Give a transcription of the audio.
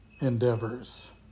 endeavors